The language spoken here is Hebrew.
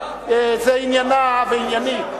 זה עניינה וענייני.